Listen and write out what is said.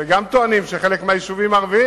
וטוענים שחלק מהיישובים הערביים,